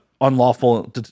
unlawful